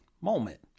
moment